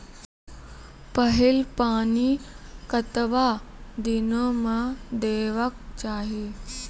पहिल पानि कतबा दिनो म देबाक चाही?